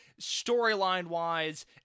Storyline-wise